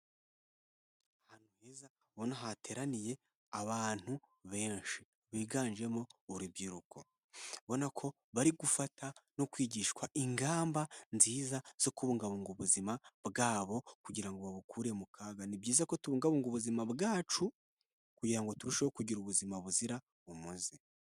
Ahantu heza ubona hateraniye abantu benshi, biganjemo urubyiruko. Ubona ko bari gufata no kwigishwa ingamba nziza zo kubungabunga ubuzima bwabo kugira ngo babukure mu kaga ni byiza ko tubungabunga ubuzima bwacu. Kugira ngo turusheho kugira ubuzima buzira umuze.